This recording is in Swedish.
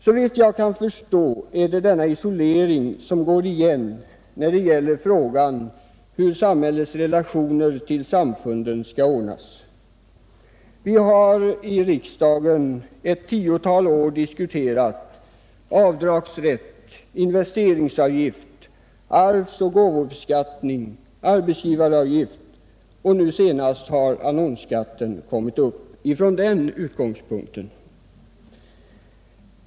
Såvitt jag kan förstå, är det denna isolering som går igen när det gäller frågan hur samhällets relationer till samfunden skall ordnas. Vi har i riksdagen ett tiotal år diskuterat avdragsrätt, investeringsavgift, arvsoch gåvobeskattning, arbetsgivaravgift osv., och nu senast har annonsskatten kommit upp.